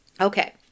Okay